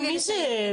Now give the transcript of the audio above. מי זה?